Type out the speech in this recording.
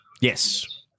Yes